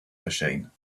machine